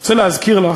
אני רוצה להזכיר לך,